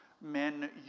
Men